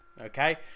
Okay